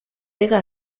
pega